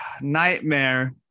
nightmare